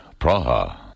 Praha